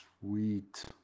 Sweet